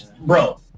bro